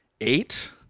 eight